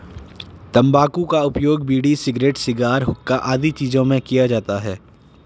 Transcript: तंबाकू का उपयोग बीड़ी, सिगरेट, शिगार, हुक्का आदि चीजों में किया जाता है